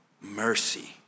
mercy